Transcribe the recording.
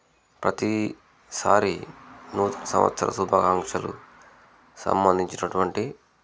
ప్రతీ సారి నూతన సంవత్సర శుభాకాంక్షలు సంబంధించినటువంటి